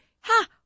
ha